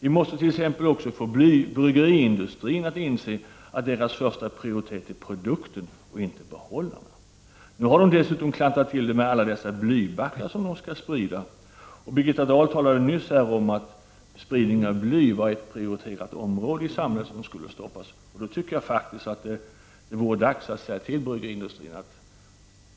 Vi måste t.ex. få bryggeriindustrin att inse att dess första prioritet är produkten inte behållarna. Nu har de dessutom klantat till det med alla dessa blybackar som de skall sprida. Birgitta Dahl talade nyss om att ett stopp för spridning av bly var ett prioriterat område i samhället. Då tycker jag att det är dags att säga till bryggeriindustrin att